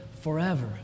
forever